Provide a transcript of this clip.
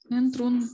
într-un